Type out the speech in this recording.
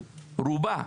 רובה,